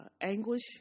anguish